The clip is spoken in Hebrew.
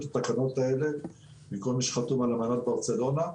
התקנות האלה מכל מי שחתום על אמנת ברצלונה.